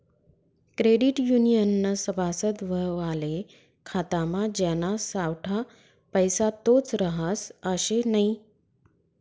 credit युनियननं सभासद व्हवाले खातामा ज्याना सावठा पैसा तोच रहास आशे नै